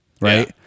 right